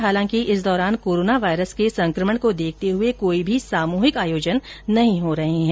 हालांकि इस दौरान कोरोना वायरस के संकमण को देखते हए कोई भी सामूहिक आयोजन नहीं हो रहे है